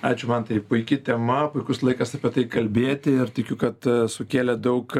ačiū mantai puiki tema puikus laikas apie tai kalbėti ir tikiu kad sukėlė daug